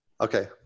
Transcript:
Okay